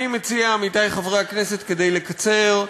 אני מציע, עמיתי חברי הכנסת, כדי לקצר,